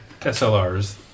SLRs